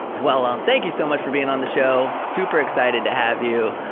well um thank you so much for being on the show, super excited to have you.